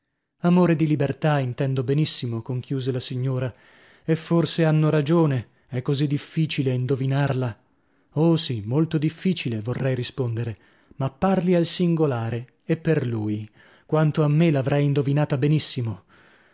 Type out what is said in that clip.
amore di libertà intendo benissimo conchiuse la signora e forse hanno ragione è così difficile indovinarla oh sì molto difficile vorrei rispondere ma parli al singolare e per lui quanto a me l'avrei indovinata benissimo